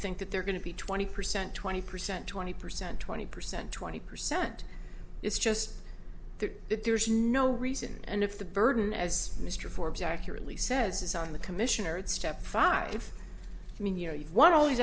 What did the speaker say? think that they're going to be twenty percent twenty percent twenty percent twenty percent twenty percent it's just that there's no reason and if the burden as mr forbes accurately says is on the commission or it's step five i mean you know you've won all these